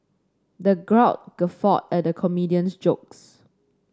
the crowd guffawed at the comedian's jokes